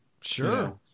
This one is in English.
Sure